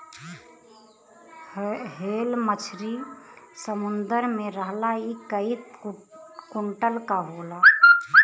whale मछरी समुंदर में रहला इ कई कुंटल क होला